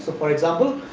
for example,